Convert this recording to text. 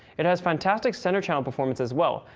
it has fantastic center channel performance as well,